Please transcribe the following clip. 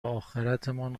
آخرتمان